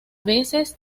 veces